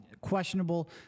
questionable